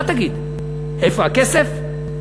מה תגיד, איפה הכסף?